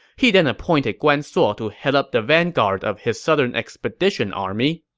he then appointed guan suo to head up the vanguard of his southern expedition army.